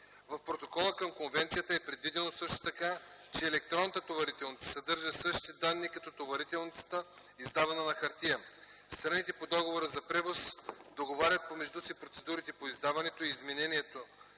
В Протокола към Конвенцията е предвидено също така, че електронната товарителница съдържа същите данни като товарителницата, издавана на хартия. Страните по договора за превоз договарят помежду си процедурите по издаването, изменянето